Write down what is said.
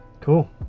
cool